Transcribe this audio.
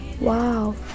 Wow